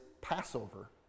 Passover